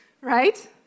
right